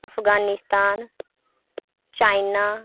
Afghanistan China